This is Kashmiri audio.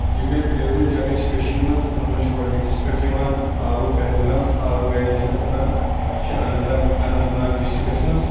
یِم مےٚ فیورِٹ جَگہ چھِ کٔشیٖر مَنٛز تِمَن مَنٛز چھ گۄڈٕنِکِس پٮ۪ٹھ یِوان آروٗ پہلگام آروٗ ویلی چھِ تَتھ وَنان یہِ چھِ اَننتتگ اننت ناگ ڈِسٹرکَس مَنٛز